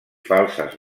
falses